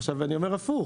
עכשיו, אני אומר הפוך: